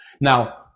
now